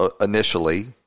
initially